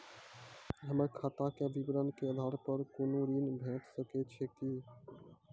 हमर खाता के विवरण के आधार प कुनू ऋण भेट सकै छै की?